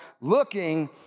looking